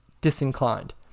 disinclined